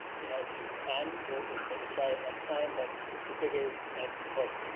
you know if you can, we'll we'll maybe try it next time, but we figured, and and look,